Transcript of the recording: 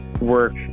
work